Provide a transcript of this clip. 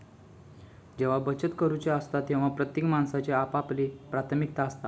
जेव्हा बचत करूची असता तेव्हा प्रत्येक माणसाची आपापली प्राथमिकता असता